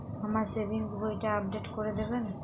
আমার সেভিংস বইটা আপডেট করে দেবেন?